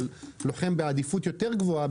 אבל לוחם בעדיפות יותר גבוהה,